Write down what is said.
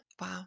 Wow